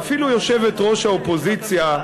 ואפילו יושבת-ראש האופוזיציה,